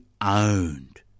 owned